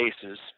cases